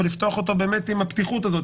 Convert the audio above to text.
אבל לפתוח אותו עם הפתיחות הזאת,